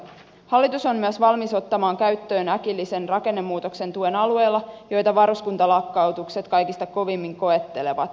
hallitus on myös valmis ottamaan käyttöön äkillisen rakennemuutoksen tuen alueilla joita varuskuntalakkautukset kaikista kovimmin koettelevat